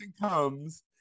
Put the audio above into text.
comes